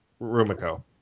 Rumiko